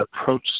approach